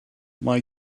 mae